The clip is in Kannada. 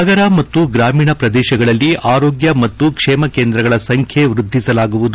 ನಗರ ಮತ್ತು ಗ್ರಾಮೀಣ ಪ್ರದೇಶಗಳಲ್ಲಿ ಆರೋಗ್ಯ ಮತ್ತು ಕ್ಷೇಮ ಕೇಂದ್ರಗಳ ಸಂಖ್ಯೆ ವೃದ್ಧಿಸಲಾಗುವುದು